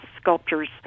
sculptures